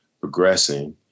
progressing